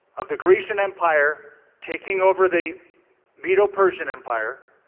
of the grecian empire taking over the medo persian empire,